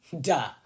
Duh